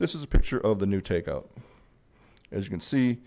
this is a picture of the new take out as you can see